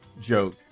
joke